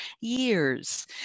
years